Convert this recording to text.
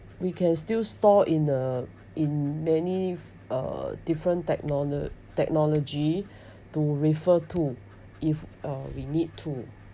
we can still store in the in many uh different technology technology to refer to if uh we need to